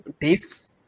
tastes